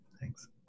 Thanks